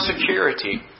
security